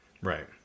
Right